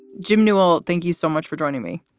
jim nual, thank you so much for joining me.